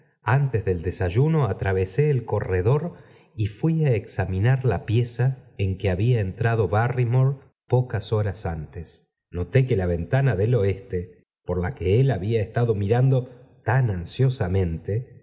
tes del desayuno atraveeé el corredor y ful a examinar áa pieza en que habla entrado barrymore pocas horas antes noté que la ventana del oeste porla que él había estado mirando tan ansiosamente